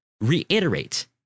reiterate